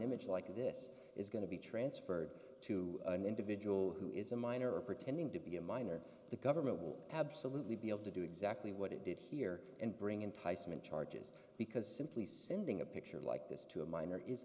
image like this is going to be transferred to an individual who is a minor or pretending to be a minor the government will absolutely be able to do exactly what it did here and bring enticement charges because simply sending a picture like this to a minor is